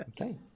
Okay